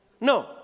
No